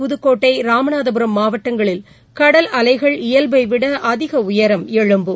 புதுக்கோட்டை ராமநாதபுரம் மாவட்டங்களில் கடல் அலைகள் இயல்பைவிடஅதிகஉயரம் எழும்பும்